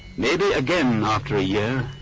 maybe again after a yeah